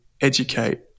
educate